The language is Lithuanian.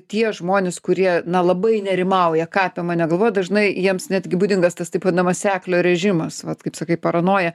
tie žmonės kurie na labai nerimauja ką apie mane galvoja dažnai jiems netgi būdingas tas taip vadinamas seklio režimas vat kaip sakai paranoja